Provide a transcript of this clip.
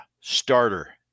starter